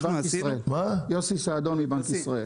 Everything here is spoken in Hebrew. כן חשוב לי להגיד מה העובדות מבחינת המצב בשטח.